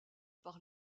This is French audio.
par